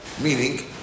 meaning